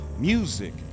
music